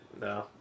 no